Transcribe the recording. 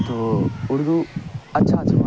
تو اردو اچھا زبان ہے